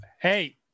Hey